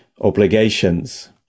obligations